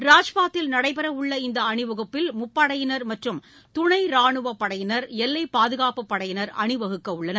ராஜபாதையில் நடைபெறவுள்ள இந்த அணிவகுப்பில் முப்படையினர் மற்றும் துணை ராணுவப் படையினர் எல்லைப் பாதுகாப்புப் படையினர் அணிவகுக்கவுள்ளனர்